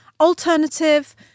alternative